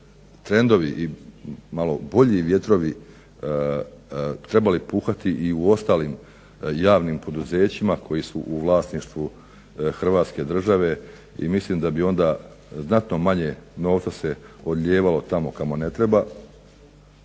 trendovi i malo bolji vjetrovi trebali puhati i u ostalim javnim poduzećima koji su u vlasništvu Hrvatske države. I mislim da bi onda znatno manje novca se odlijevalo tamo kamo ne treba,